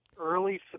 early